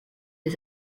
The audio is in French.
les